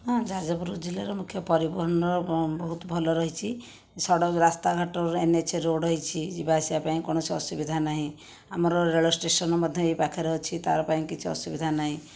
ହଁ ଯାଜପୁର ଜିଲ୍ଲାର ମୁଖ୍ୟ ପରିବହନର ବହୁତ ଭଲ ରହିଛି ସଡ଼କ ରାସ୍ତାଘାଟ ଏନଏଚ ରୋଡ଼ ହେଇଛି ଯିବାଆସିବା ପାଇଁ କୌଣସି ଅସୁବିଧା ନାହିଁ ଆମର ରେଳ ଷ୍ଟେସନ ମଧ୍ୟ ଏଇ ପାଖରେ ଅଛି ତାର ପାଇଁ କିଛି ଅସୁବିଧା ନାହିଁ